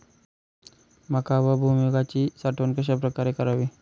मका व भुईमूगाची साठवण कशाप्रकारे करावी?